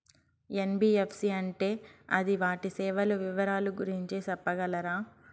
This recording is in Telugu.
ఎన్.బి.ఎఫ్.సి అంటే అది వాటి సేవలు వివరాలు గురించి సెప్పగలరా?